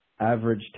average